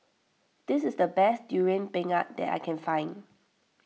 this is the best Durian Pengat that I can find